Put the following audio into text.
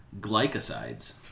glycosides